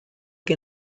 que